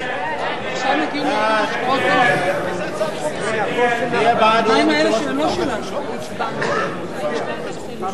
ההסתייגות של חברי הכנסת רונית תירוש ושי חרמש לסעיף 34 לא